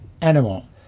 animal